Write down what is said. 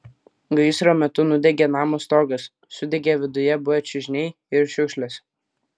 gaisro metu nudegė namo stogas sudegė viduje buvę čiužiniai ir šiukšlės